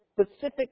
specific